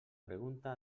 pregunta